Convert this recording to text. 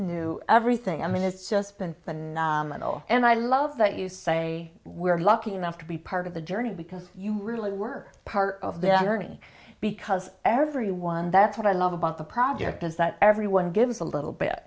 chapel new everything i mean it's just been phenomenal and i love that you say we're lucky enough to be part of the journey because you really were part of the irony because everyone that's what i love about the project is that everyone gives a little bit